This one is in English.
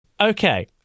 Okay